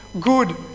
good